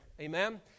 Amen